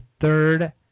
third